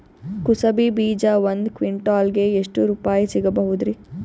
ಕುಸಬಿ ಬೀಜ ಒಂದ್ ಕ್ವಿಂಟಾಲ್ ಗೆ ಎಷ್ಟುರುಪಾಯಿ ಸಿಗಬಹುದುರೀ?